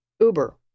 Uber